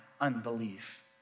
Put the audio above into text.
unbelief